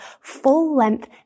full-length